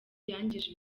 yangije